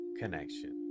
connection